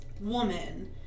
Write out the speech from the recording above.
woman